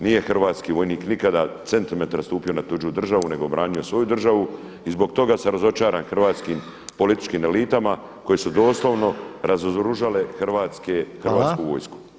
Nije hrvatski vojnik nikada centimetar stupio na tuđu državu nego branio svoju državu i zbog toga sam razočaran hrvatskim političkim elitama koje su doslovno razoružale hrvatsku vojsku.